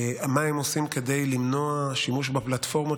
מה הם עושים כדי למנוע שימוש בפלטפורמות